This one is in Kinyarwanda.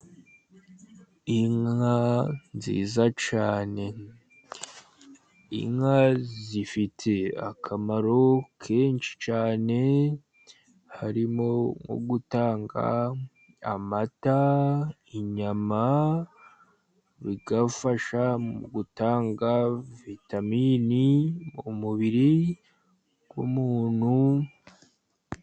Inka nziza cyane , inka zifite akamaro kenshi cyane, harimo nko gutanga amata, inyama, bigafasha mu gutanga vitamini, ku mubiri w'umuntu.